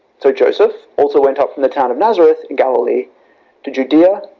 so joseph also went up from the town of nazareth in galilee to judea,